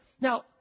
now